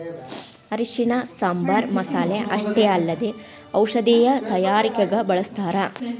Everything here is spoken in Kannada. ಅರಿಶಿಣನ ಸಾಂಬಾರ್ ಮಸಾಲೆ ಅಷ್ಟೇ ಅಲ್ಲದೆ ಔಷಧೇಯ ತಯಾರಿಕಗ ಬಳಸ್ಥಾರ